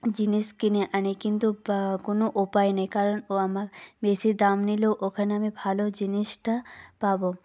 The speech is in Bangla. জিনিস কিনে আনি কিন্তু কোনও উপায় নেই কারণ ও বেশি দাম নিলেও ওখানে আমি ভালো জিনিসটা পাব